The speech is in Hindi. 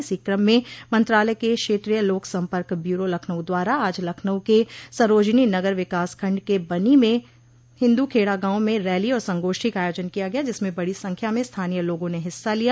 इसी क्रम में मंत्रालय के क्षेत्रीय लोक सम्पर्क ब्यूरो लखनऊ द्वारा आज लखनऊ के सरोजनीनगर विकासखंड के बनी में हिन्दूखेड़ा गांव में रैली और संगोष्ठी का आयाजन किया गया जिसमें बड़ी संख्या में स्थानीय लोगों ने हिस्सा लिया